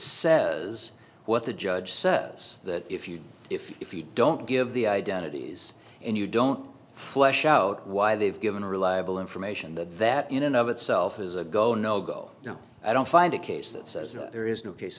says what the judge says that if you if you don't give the identities and you don't flush out why they've given reliable information that that in and of itself is a go nogo no i don't find a case that says that there is no case